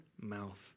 mouth